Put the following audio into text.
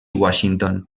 washington